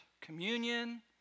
communion